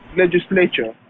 legislature